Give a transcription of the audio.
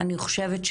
אני חושבת,